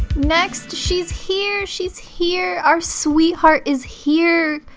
next she's here. she's here. our sweetheart is here.